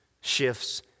shifts